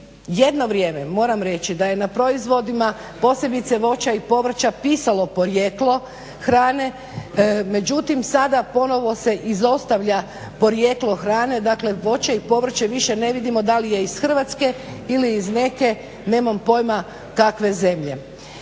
jedno vrijeme moram reći da je na proizvodima posebice voća i povrća pisalo porijeklo hrane, međutim sada se ponovno izostavlja porijeklo hrane dakle voće i povrće više ne vidimo da li je iz Hrvatske ili iz neke nemam pojma kakve zemlje.